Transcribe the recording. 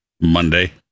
Monday